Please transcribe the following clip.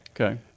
okay